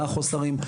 מה החסרים.